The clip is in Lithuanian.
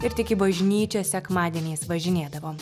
ir tik į bažnyčią sekmadieniais važinėdavo